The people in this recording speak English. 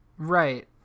Right